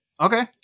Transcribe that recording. Okay